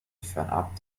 fernab